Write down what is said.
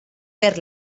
perd